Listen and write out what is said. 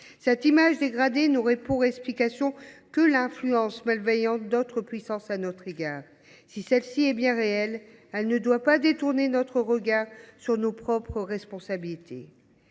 Cette image dégradée n’aurait pour explication que l’influence malveillante d’autres puissances à notre égard. Si ce phénomène est bien réel, il ne doit pas détourner notre regard de nos propres responsabilités.